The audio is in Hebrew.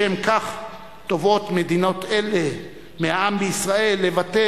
בשם כך תובעות מדינות אלו מהעם בישראל לוותר